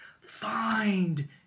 Find